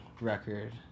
record